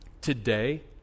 today